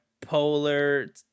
polar